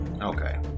okay